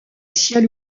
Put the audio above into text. ciel